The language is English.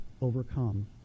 overcome